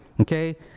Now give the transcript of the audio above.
okay